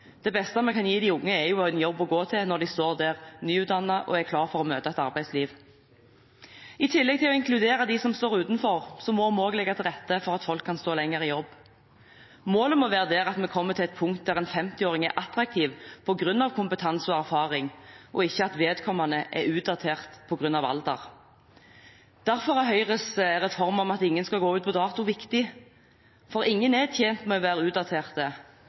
Det beste vi kan gi de unge, er en jobb å gå til når de står der nyutdannet og er klare for å møte et arbeidsliv. I tillegg til å inkludere dem som står utenfor, må vi legge til rette for at folk kan stå lenger i jobb. Målet må være at vi kommer til det punktet at en 50-åring er attraktiv på grunn av kompetanse og erfaring, ikke at vedkommende er utdatert på grunn av alder. Derfor er Høyres reform om at ingen skal gå ut på dato, viktig. Ingen er tjent med å være